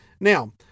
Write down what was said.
Now